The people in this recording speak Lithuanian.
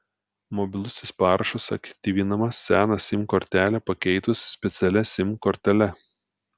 mobilusis parašas aktyvinamas seną sim kortelę pakeitus specialia sim kortele